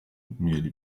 mieli